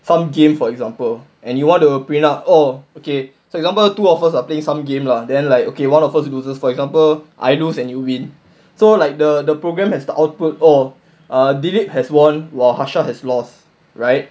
some game for example and you want to bring up oh okay so example two of you safe playing some game lah then like okay one of you loses like for example I lose and you win so like the the programme has to output oh or did it has won while harsha has lost right